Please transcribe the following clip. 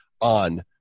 on